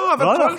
לא.